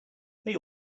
they